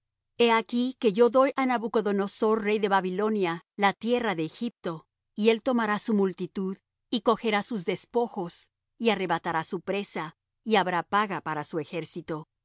he aquí que yo doy á nabucodonosor rey de babilonia la tierra de egipto y él tomará su multitud y cogerá sus despojos y arrebatará su presa y habrá paga para su ejército